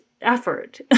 effort